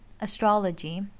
astrology